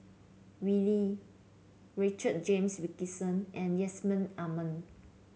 Wee Lin Richard James Wilkinson and Yusman Aman